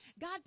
God